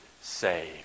saved